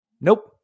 nope